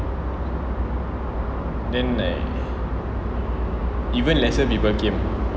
then like even lesser people came